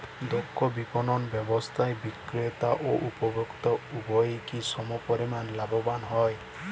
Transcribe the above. দক্ষ বিপণন ব্যবস্থায় বিক্রেতা ও উপভোক্ত উভয়ই কি সমপরিমাণ লাভবান হয়?